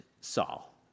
Saul